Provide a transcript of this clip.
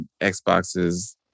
Xboxes